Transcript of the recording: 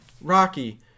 Rocky